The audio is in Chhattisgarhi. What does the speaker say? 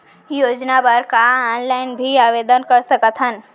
योजना बर का ऑनलाइन भी आवेदन कर सकथन?